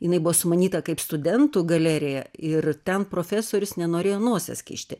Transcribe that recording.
jinai buvo sumanyta kaip studentų galerija ir ten profesorius nenorėjo nosies kišti